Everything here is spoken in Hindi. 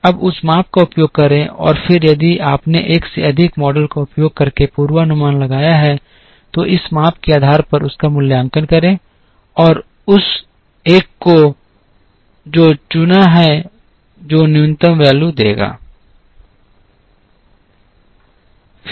अब उस माप का उपयोग करें और फिर यदि आपने एक से अधिक मॉडल का उपयोग करके पूर्वानुमान लगाया है तो इस माप के आधार पर उसका मूल्यांकन करें और उस एक को चुना जो न्यूनतम मूल्य देता है